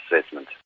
assessment